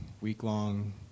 week-long